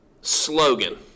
slogan